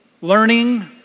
learning